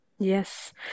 Yes